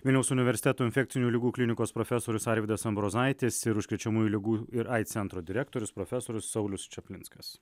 vilniaus universiteto infekcinių ligų klinikos profesorius arvydas ambrozaitis ir užkrečiamųjų ligų ir aids centro direktorius profesorius saulius čaplinskas